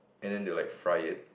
and then they will like fry it